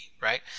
Right